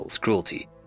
cruelty